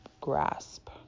grasp